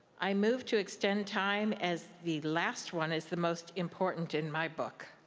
i move to extend time as the last one is the most important, in my book.